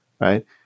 right